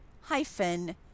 hyphen